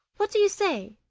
what do you say